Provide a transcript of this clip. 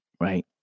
right